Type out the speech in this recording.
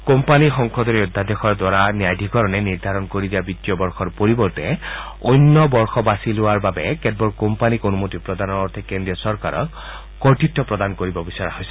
company সংশোধনী অধ্যাদেশৰ দ্বাৰা ন্যায়াধিকৰণে নিৰ্ধাৰণ কৰি দিয়া বিত্তীয় বৰ্ষৰ পৰিবৰ্তে এটা অন্য বৰ্ষ বাচি লোৱাৰ বাবে কেতবোৰ কোম্পানীক অনুমতি প্ৰদানৰ অৰ্থে কেন্দ্ৰীয় চৰকাৰক কৰ্তৃত প্ৰদান কৰিব বিচৰা হৈছে